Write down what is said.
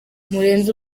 murenzi